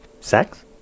Sex